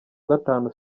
gatanu